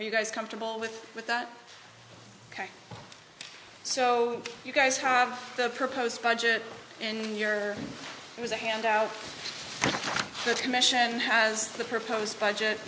you guys comfortable with with that ok so you guys have the proposed budget and here was a handout the commission has the proposed budget